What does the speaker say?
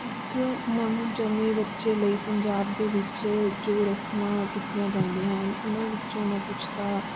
ਇੱਕ ਨਵੇਂ ਜੰਮੇ ਬੱਚੇ ਲਈ ਪੰਜਾਬ ਦੇ ਵਿੱਚ ਜੋ ਰਸਮਾਂ ਕੀਤੀਆਂ ਜਾਂਦੀਆਂ ਹਨ ਉਨ੍ਹਾਂ ਵਿੱਚੋਂ ਮੈਂ ਕੁਛ ਤਾਂ